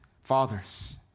Fathers